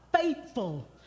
faithful